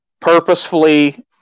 purposefully